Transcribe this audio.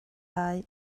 lai